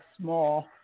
small